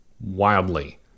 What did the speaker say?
wildly